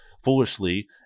Foolishly